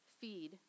feed